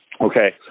Okay